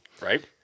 Right